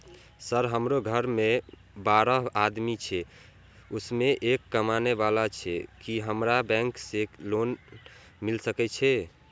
Sir हमरो घर में बारह आदमी छे उसमें एक कमाने वाला छे की हमरा बैंक से लोन मिल सके छे?